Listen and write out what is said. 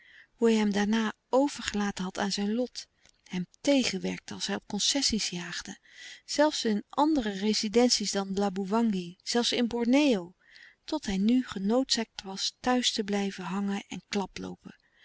hoe hij hem daarna overgelaten had aan zijn lot hem tegenwerkte als hij op concessie's jaagde zelfs in andere rezidentie's dan laboewangi zelfs in borneo tot hij nu genoodzaakt was thuis te blijven hangen en